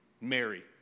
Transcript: Mary